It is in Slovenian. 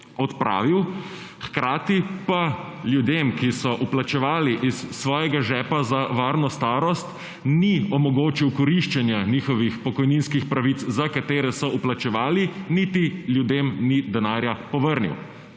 odpravil, hkrati pa ljudem, ki so vplačevali iz svojega žepa za varno starost, ni omogočil koriščenja njihovih pokojninskih pravic, za katere so vplačevali, niti ljudem ni denarja povrnil.